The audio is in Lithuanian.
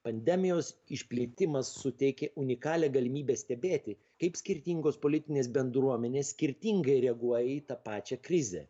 pandemijos išplėtimas suteikia unikalią galimybę stebėti kaip skirtingos politinės bendruomenės skirtingai reaguoja į tą pačią krizę